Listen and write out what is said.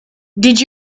did